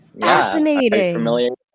fascinating